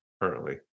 currently